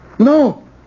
No